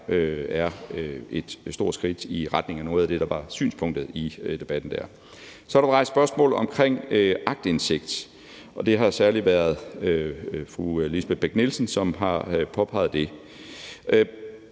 er et stort skridt i retning af noget af det, der var synspunktet i debatten der. Kl. 14:15 Så er der rejst spørgsmål omkring aktindsigt, og det har særlig været fru Lisbeth Bech-Nielsen, som har påpeget det.